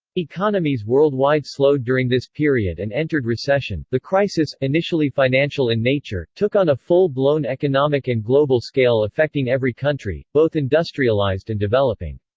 economies worldwide slowed during this period and entered recession the crisis, initially financial in nature, took on a full-blown economic and global scale affecting every country, both industrialized and developing.